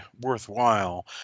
worthwhile